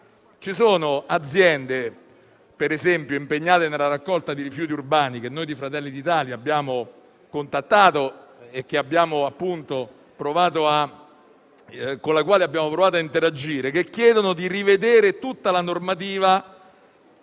Ci sono, per esempio, aziende impegnate nella raccolta di rifiuti urbani, che noi di Fratelli d'Italia abbiamo contattato e con le quali abbiamo provato a interagire, che chiedono di rivedere tutta la normativa